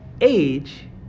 age